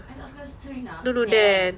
I tak suka serena dan